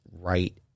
right